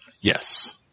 Yes